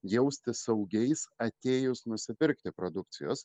jaustis saugiais atėjus nusipirkti produkcijos